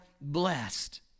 blessed